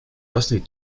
własnej